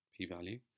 p-value